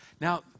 Now